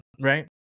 right